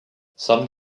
some